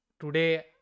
today